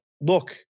Look